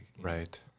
Right